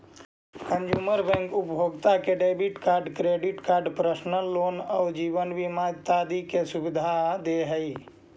consumer bank उपभोक्ता के debit card, credit card, personal loan आउ जीवन बीमा इत्यादि के सुविधा दे हइ